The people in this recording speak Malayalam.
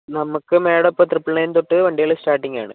നമുക്ക് മാഡം ഇപ്പോൾ ത്രിപിൾ നയൻ തൊട്ട് വണ്ടികൾ സ്റ്റാർട്ടിങ് ആണ്